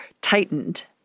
tightened